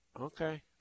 Okay